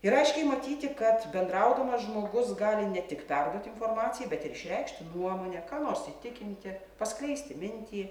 ir aiškiai matyti kad bendraudamas žmogus gali ne tik perduoti informaciją bet ir išreikšti nuomonę ką nors įtikinti paskleisti mintį